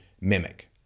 mimic